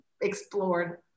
explored